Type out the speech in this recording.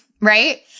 right